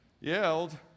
yelled